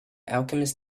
alchemist